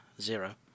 zero